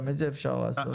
גם את זה אפשר לעשות.